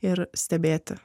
ir stebėti